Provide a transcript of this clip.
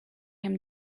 him